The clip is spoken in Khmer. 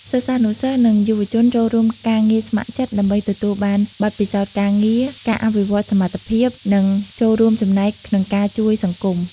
សិស្សានុសិស្ស និងយុវជនចូលរួមការងារស្ម័គ្រចិត្ត ដើម្បីទទួលបានបទពិសោធន៍ការងារ ការអភិវឌ្ឍសមត្ថភាព និងចូលរួមចំណែកក្នុងការជួយសង្គម។